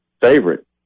favorite